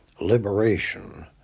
liberation